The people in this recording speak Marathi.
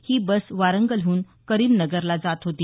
ही बस वारंगलहून करीमनगरला जात होती